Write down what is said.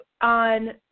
on